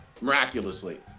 miraculously